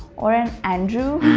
or an andrew.